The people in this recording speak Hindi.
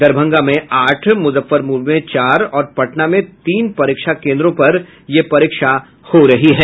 दरभंगा में आठ मुजफ्फरपुर में चार और पटना में तीन परीक्षा केंद्रों पर परीक्षा हो रही है